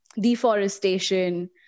deforestation